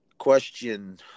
question